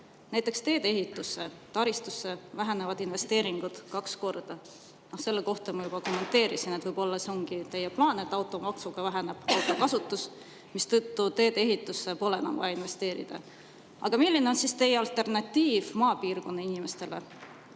Näiteks teedeehitusse, taristusse vähenevad investeeringud kaks korda. Selle kohta ma juba kommenteerisin, et võib-olla see ongi teie plaan, et automaksuga väheneb autokasutus, mistõttu teedeehitusse pole enam vaja investeerida. Aga milline on siis teie alternatiiv maapiirkonna inimestele?